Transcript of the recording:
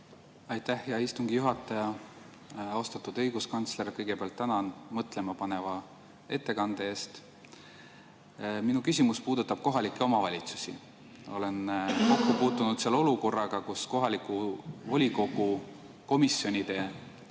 Aitäh, hea istungi juhataja! Austatud õiguskantsler, kõigepealt tänan mõtlemapaneva ettekande eest! Minu küsimus puudutab kohalikke omavalitsusi. Olen kokku puutunud olukorraga, kus kohaliku volikogu komisjonide